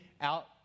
out